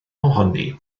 ohoni